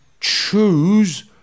choose